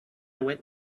went